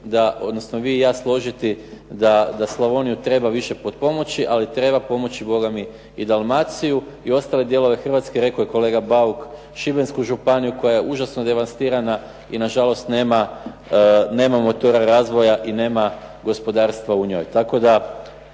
da, odnosno vi i ja složiti da Slavoniju treba više potpomoći, ali treba pomoći bogami i Dalmaciju i ostale dijelove Hrvatske, rekao je kolega Bauk, Šibensku županiju koja je užasno devastirana i nažalost nemamo toga razvoja i nema gospodarstva u njoj.